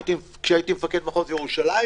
כשהייתי מפקד מחוז ירושלים,